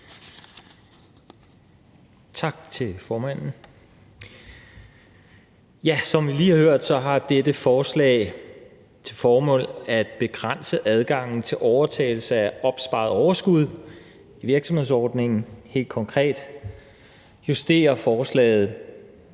Tak til formanden. Som vi lige har hørt, har dette forslag til formål at begrænse adgangen til overtagelse af opsparet overskud i virksomhedsordningen. Helt konkret justerer forslaget